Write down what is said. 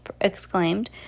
exclaimed